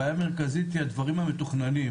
הבעיה המרכזית היא הדברים המתוכננים.